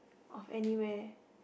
of anywhere